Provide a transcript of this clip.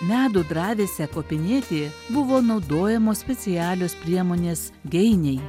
medų dravėse kopinėti buvo naudojamos specialios priemonės geiniai